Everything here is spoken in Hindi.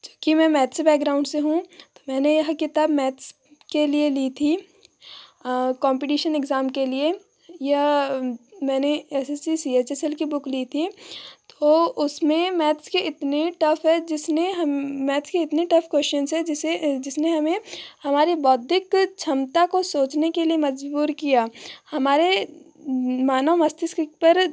जो की मैं मैथ्स बैकग्राउंड से हूँ तो मैंने यह किताब मैथ्स के लिए ली थी कॉम्पिटिशन एग्ज़ाम के लिए यह मैंने S S C C H S L की बुक ली थी तो उसमें मैथ्स के इतने टफ़ है जिसने मैथ्स के इतने टफ क्वेश्चन हैं जिसे जिसने हमें हमारी बौद्धिक क्षमता को सोचने के लिए मजबूर किया हमारे मनोमस्तिष्क पर